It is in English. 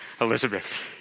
Elizabeth